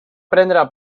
prendre